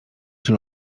czy